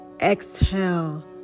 exhale